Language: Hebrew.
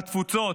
התפוצות,